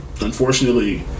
unfortunately